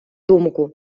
думку